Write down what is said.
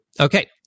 okay